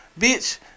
bitch